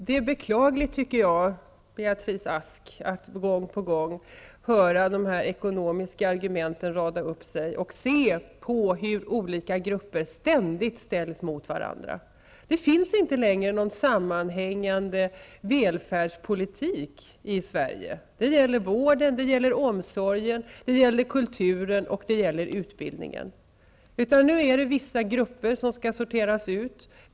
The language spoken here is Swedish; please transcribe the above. Herr talman! Det är beklagligt, Beatrice Ask, att vi gång på gång får höra de här ekonomiska argumenten rada upp sig och får se hur olika grupper ständigt ställs mot varandra. Det finns inte längre någon sammanhängande välfärdspolitik i Sverige. Det gäller vården, omsorgen, kulturen och utbildningen. Nu är det vissa grupper som skall sorteras ut.